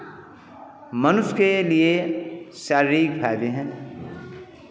मनुष्य लिए शारीरिक फ़ायदे हैं